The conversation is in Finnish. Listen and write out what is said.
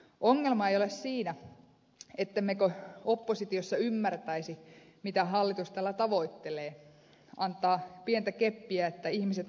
ongelma ei ole siinä ettemmekö oppositiossa ymmärtäisi mitä hallitus tällä tavoittelee antaa pientä keppiä että ihmiset lähtisivät liikenteeseen